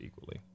equally